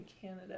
Canada